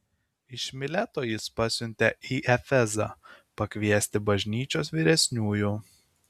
iš mileto jis pasiuntė į efezą pakviesti bažnyčios vyresniųjų